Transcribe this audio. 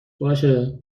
باشه